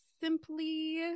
simply